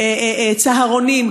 צהרונים,